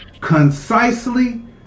concisely